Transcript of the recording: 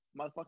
Motherfucker